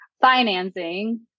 financing